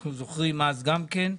ואנחנו זוכרים אז גם כן,